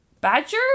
badger